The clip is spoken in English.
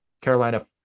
Carolina